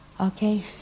Okay